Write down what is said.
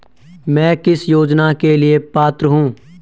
मैं किस योजना के लिए पात्र हूँ?